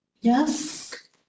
Yes